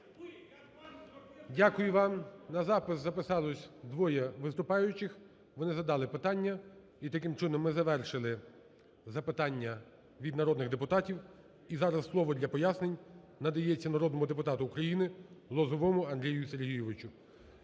Дякую вам. На запис записалось двоє виступаючих, вони задали питання, і таким чином ми завершили запитання від народних депутатів. І зараз слово для пояснень надається народному депутату України Лозовому Андрію Сергійовичу.